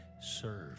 serve